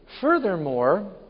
Furthermore